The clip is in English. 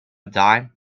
dime